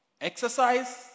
Exercise